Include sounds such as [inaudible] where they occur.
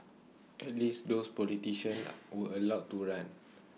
at least those politicians [hesitation] were allowed to run